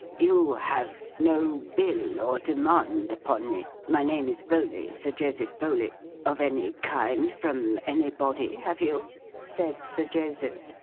you have no bill or demand upon me my name is bowley, sir joseph bowley of any kind from anybody, have you said sir joseph.